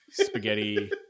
spaghetti